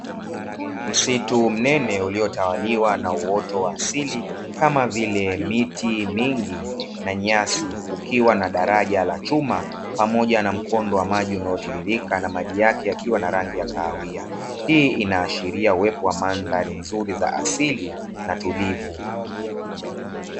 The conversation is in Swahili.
Msitu mnene uliotawaliwa na uoto wa asili kama vile miti mingi na nyasi kukiwa na daraja la chuma pamoja na mkondo wa maji unaotiririka na maji yake yakiwa na rangi ya kahawia hii inaashiria uwepo wa mandhari nzuri za asili na tulivu.